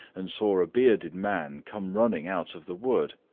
and saw a bearded man come running out of the wood.